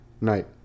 Night